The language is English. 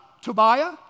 Tobiah